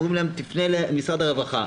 אומרים להם: תפנה למשרד הרווחה.